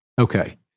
Okay